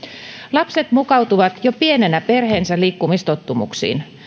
lapset mukautuvat jo pienenä perheensä liikkumistottumuksiin